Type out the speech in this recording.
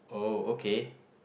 oh okay